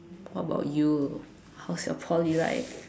what about you how's your Poly life